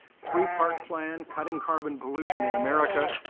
three-part plan cutting carbon pollution in america,